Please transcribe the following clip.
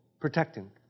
protecting